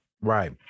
Right